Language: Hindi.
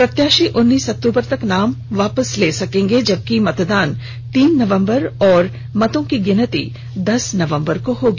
प्रत्याशी उन्नीस अक्टूबर तक नाम वापस ले सकेंगे जबकि मतदान तीन नवंबर और मतों की गिनती दस नवंबर को होगी